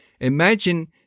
Imagine